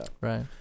Right